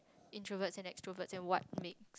introverts and extroverts and what make